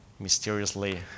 mysteriously